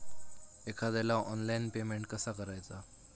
एखाद्याला online payment कसा करायचा?